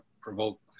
provoke